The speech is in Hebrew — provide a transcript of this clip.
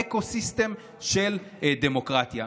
אקו-סיסטם של דמוקרטיה.